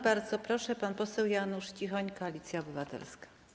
Bardzo proszę, pan poseł Janusz Cichoń, Koalicja Obywatelska.